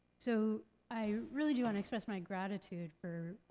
so i really do wanna express my gratitude for